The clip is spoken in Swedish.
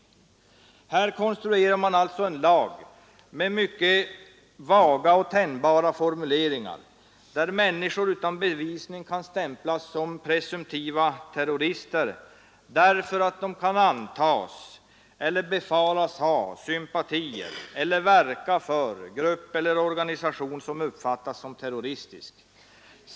Här konstruerar man alltså en lag med mycket vaga och tänjbara formuleringar som gör att människor utan bevisning kan stämplas som ”presumtiva terrorister” därför att de kan ”antas” eller ”befaras” ha sympatier eller ”verka för” grupp eller organisation som uppfattas som terroristisk.